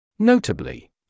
Notably